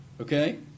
Okay